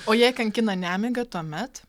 o jei kankina nemiga tuomet